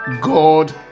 God